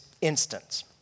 instance